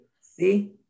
See